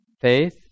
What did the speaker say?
faith